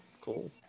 Cool